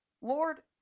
Lord